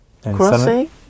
Crossing